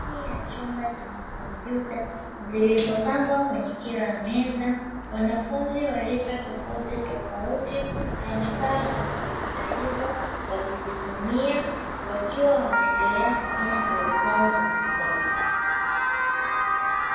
Ndani ya chumba chenye kompyuta zilizopangwa kwenye kila meza, wanafunzi wa rika tofauti tofauti wamekaa wakizitumia, wakiwa wanaendelea kufanya kazi zao za masomo.